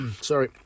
Sorry